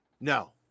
No